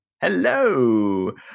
Hello